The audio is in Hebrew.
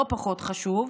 לא פחות חשוב,